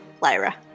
Lyra